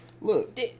Look